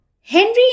Henry